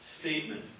statement